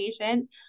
patient